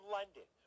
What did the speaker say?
London